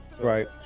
Right